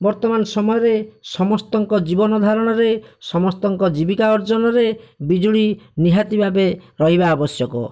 ବର୍ତ୍ତମାନ ସମୟରେ ସମସ୍ତଙ୍କ ଜୀବନ ଧାରଣରେ ସମସ୍ତଙ୍କ ଜୀବିକା ଅର୍ଜନରେ ବିଜୁଳି ନିହାତି ଭାବେ ରହିବା ଆବଶ୍ୟକ